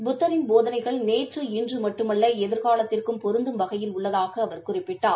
புத்தின் போதனைகள் நேற்று இன்று மட்டுமல்ல எதிர்காலத்திற்கும் பொருந்தும் வகையில் உள்ளதாகக் குறிப்பிட்டார்